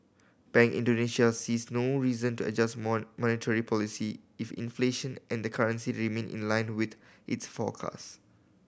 Bank Indonesia sees no reason to adjust monetary policy if inflation and the currency remain in lined with its forecast